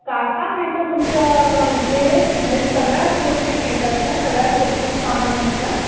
काय काय मिळतं तुमच्या इथे म्हणजे सगळ्याच गोष्टी मिळतात का सगळ्याच वस्तू सामान मिळतात